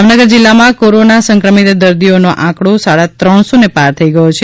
જામનગર જિલ્લામાં કોરોના સંક્રમીત દર્દીઓનો આંકડો સાડા ત્રણસોને પાર થઈ ગયો છે